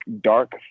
dark